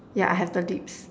yeah I have the lips